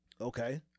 Okay